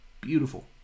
Beautiful